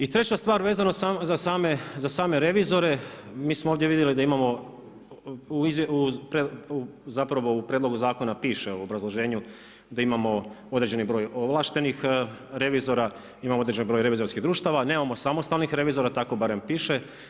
I treća stvar vezano za same revizore, mi smo ovdje vidjeli da imamo zapravo u prijedlogu zakona piše u obrazloženju da imamo određeni broj ovlaštenih revizora, imamo određen broj revizorskih društava, nemamo samostalnih revizora, tako barem piše.